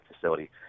facility